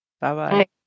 Bye-bye